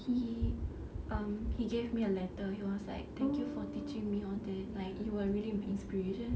he um he gave me a letter he was like thank you for teaching me on that night you're really my inspiration